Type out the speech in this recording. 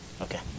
Okay